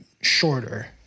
shorter